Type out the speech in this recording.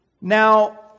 Now